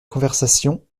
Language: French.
conversation